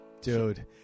Dude